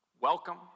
welcome